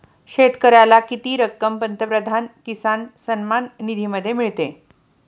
शेतकऱ्याला किती रक्कम पंतप्रधान किसान सन्मान निधीमध्ये मिळते?